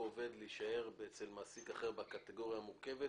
עובד להישאר אצל מעסיק אחר בקטגוריה המורכבת,